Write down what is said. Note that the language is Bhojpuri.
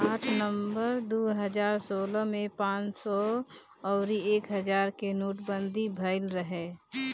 आठ नवंबर दू हजार सोलह में पांच सौ अउरी एक हजार के नोटबंदी भईल रहे